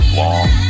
long